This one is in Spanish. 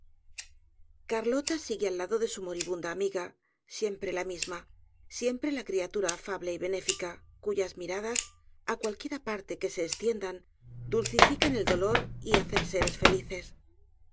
carlota sigue al lado de su moribunda amiga siempre la misma siempre la criatura afable y benéfica cuyas miradas á cualquiera parte que se estiendan dulcifican el dolor y hacen seres felices